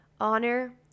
honor